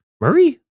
Murray